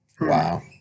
wow